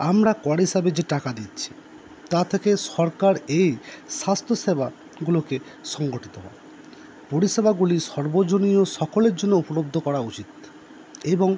আমরা কর হিসাবে যে টাকা দিচ্ছি তা থেকে সরকার এই স্বাস্থ্যসেবাগুলোকে সংগঠিত করে পরিষেবাগুলির সর্বজনীন সকলের জন্য উপলব্ধ করা উচিৎ এবং